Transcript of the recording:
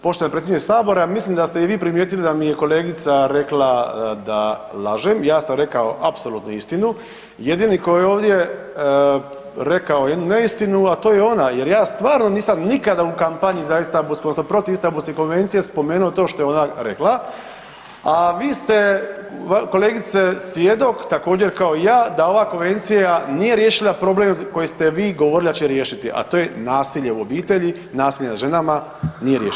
Poštovani potpredsjedniče Sabora, mislim da ste i vi primijetili da mi je kolegica rekla da lažem, ja sam rekao apsolutnu istinu, jedini koji je ovdje rekao jednu neistinu a to je ona, jer ja stvarno nisam nikada u kampanji za Istanbulsku odnosno Istanbulske konvencije spomenuo to što je ona rekla, a vi ste kolegice svjedok također kao i ja, da ova konvencija nije riješila problem koji ste vi govorili da će riješiti a to je nasilje u obitelji, nasilje nad ženama, nije riješeno.